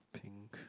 pink